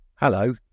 Hello